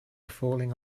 falling